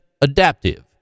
adaptive